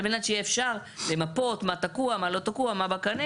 על מנת שיהיה אפשר למפות מה תקוע מה לא תקוע מה בקנה,